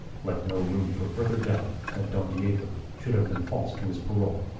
left no room for further doubt that don diego should have been false to his parole.